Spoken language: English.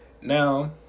Now